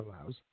allows